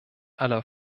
aller